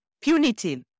punitive